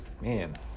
Man